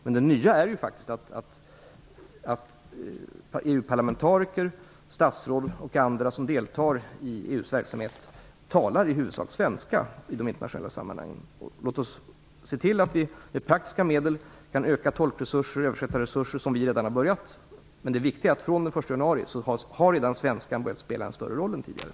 Men det nya är faktiskt att EU-parlamentariker, statsråd och andra som deltar i EU:s verksamhet i huvudsak talar svenska i de internationella sammanhangen. Låt oss se till att vi kan öka tolkresurser och översättarresurser med praktiska medel. Vi har redan börjat med det. Men det viktiga är att från den 1 januari spelar svenskan en större roll än tidigare.